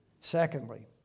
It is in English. Secondly